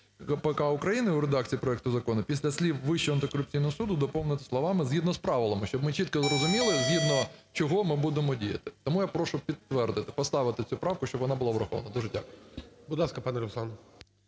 КПК України в редакції проекту закону, після слів "Вищого антикорупційного суду" доповнити словами "згідно з правилами", щоб ми чітко зрозуміли, згідно чого ми будемо діяти. Тому я прошу підтвердити, поставити цю правку, щоб вона була врахована. Дуже дякую. ГОЛОВУЮЧИЙ. Будь ласка, пане Руслан.